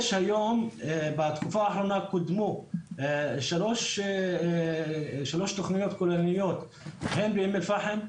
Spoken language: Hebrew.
יש היום בתקופה האחרונה קודמו שלוש תכניות כוללניות הן באום אל פחם,